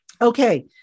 okay